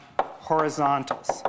horizontals